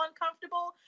uncomfortable